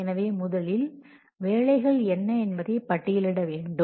எனவே முதலில் வேலைகள் என்ன என்பதை பட்டியலிட வேண்டும்